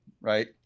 right